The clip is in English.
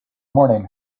morning